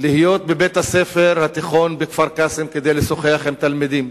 להיות בבית-הספר התיכון בכפר-קאסם כדי לשוחח עם תלמידים.